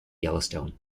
yellowstone